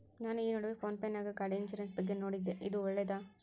ನಾನು ಈ ನಡುವೆ ಫೋನ್ ಪೇ ನಾಗ ಗಾಡಿ ಇನ್ಸುರೆನ್ಸ್ ಬಗ್ಗೆ ನೋಡಿದ್ದೇ ಇದು ಒಳ್ಳೇದೇನಾ?